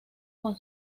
con